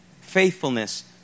Faithfulness